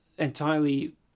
entirely